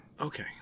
Okay